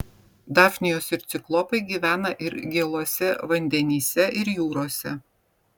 dafnijos ir ciklopai gyvena ir gėluose vandenyse ir jūrose